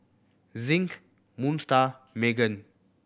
Zinc Moon Star Megan